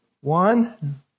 One